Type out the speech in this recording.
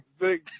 Big